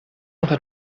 noch